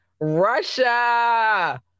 Russia